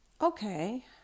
Okay